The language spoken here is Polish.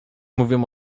mówią